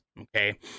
Okay